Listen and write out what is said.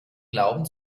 glauben